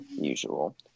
usual